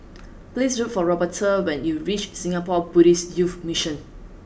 please look for Roberta when you reach Singapore Buddhist Youth Mission